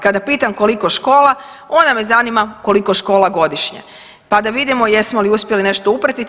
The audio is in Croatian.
Kada pitam koliko škola onda me zanima koliko škola godišnje, pa da vidimo jesmo li uspjeli nešto upratiti.